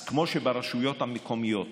אז כמו שברשויות המקומיות